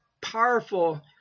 powerful